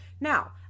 Now